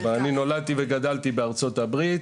אבל נולדתי וגדלתי בארצות הברית.